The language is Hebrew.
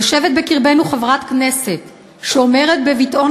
יושבת בקרבנו חברת כנסת שאומרת בביטאון